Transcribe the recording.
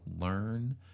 learn